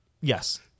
Yes